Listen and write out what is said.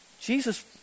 Jesus